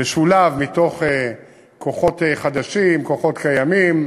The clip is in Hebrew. במשולב, מתוך כוחות חדשים וכוחות קיימים.